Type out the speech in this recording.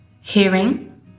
hearing